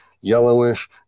yellowish